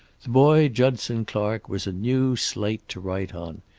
the boy judson clark was a new slate to write on.